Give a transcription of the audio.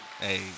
Hey